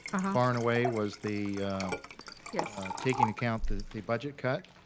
ah far and away was the yes. taking account the the budget cut.